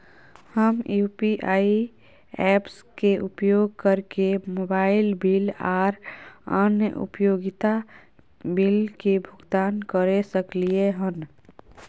हम UPI apps के उपयोग कैरके मोबाइल बिल आर अन्य उपयोगिता बिल के भुगतान कैर सकलिये हन